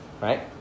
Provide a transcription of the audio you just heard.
Right